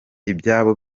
ibyabo